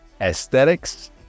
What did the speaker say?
aesthetics